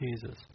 Jesus